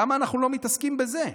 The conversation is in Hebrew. למה אנחנו לא מתעסקים בזה?